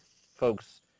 folks